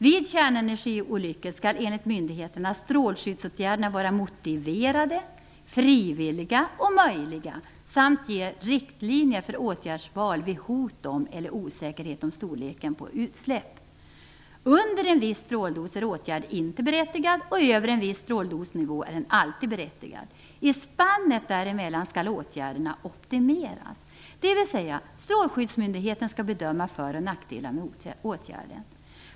Vid kärnenergiolyckor skall, enligt myndigheterna, strålskyddsåtgärderna vara "motiverade", "rimliga" och "möjliga" samt ge riktlinjer för åtgärdsval vid hot om eller osäkerhet om storleken på utsläpp. Under en viss stråldos är åtgärd inte berättigad, och över en viss stråldosnivå är åtgärd alltid berättigad. I spannet däremellan skall åtgärden optimeras, dvs. strålskyddsmyndigheten skall bedöma föroch nackdelar med åtgärden.